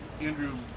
Andrew